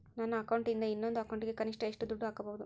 ನನ್ನ ಅಕೌಂಟಿಂದ ಇನ್ನೊಂದು ಅಕೌಂಟಿಗೆ ಕನಿಷ್ಟ ಎಷ್ಟು ದುಡ್ಡು ಹಾಕಬಹುದು?